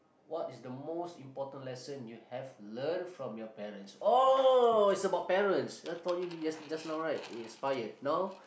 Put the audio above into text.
what is the most important lesson you have learnt from your parents oh is about parents I thought it be just just now right inspired now